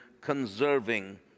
conserving